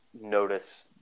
notice